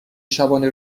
شبانه